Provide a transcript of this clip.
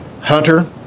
Hunter